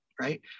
right